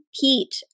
Pete